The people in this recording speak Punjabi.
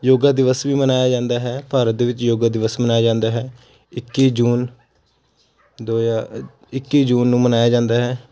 ਯੋਗਾ ਦਿਵਸ ਵੀ ਮਨਾਇਆ ਜਾਂਦਾ ਹੈ ਭਾਰਤ ਦੇ ਵਿੱਚ ਯੋਗਾ ਦਿਵਸ ਮਨਾਇਆ ਜਾਂਦਾ ਹੈ ਇੱਕੀ ਜੂਨ ਦੋ ਹਜ਼ਾਰ ਇੱਕੀ ਜੂਨ ਨੂੰ ਮਨਾਇਆ ਜਾਂਦਾ ਹੈ